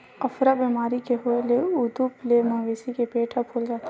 अफरा बेमारी के होए ले उदूप ले मवेशी के पेट ह फूल जाथे